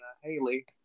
Haley